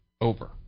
over